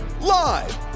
live